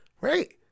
right